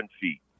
feet